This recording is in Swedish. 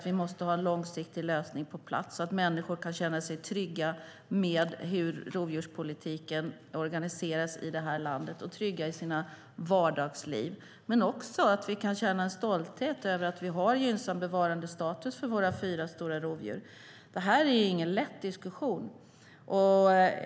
Vi måste ha en långsiktig lösning på plats, så att människor kan känna sig trygga med hur rovdjurspolitiken organiseras i landet och trygga i sina vardagsliv, men också så att vi kan känna stolthet över att vi har en gynnsam bevarandestatus för våra fyra stora rovdjur. Det här är ingen lätt diskussion.